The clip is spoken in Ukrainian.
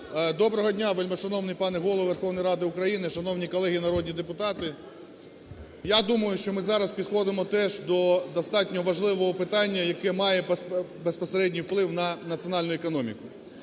Доброго дня, вельмишановний пане Голово Верховної Ради України! Шановні колеги народні депутати! Я думаю, що ми зараз підходимо теж до достатньо важливого питання, яке має безпосередній вплив на національну економіку.